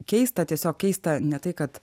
keista tiesiog keista ne tai kad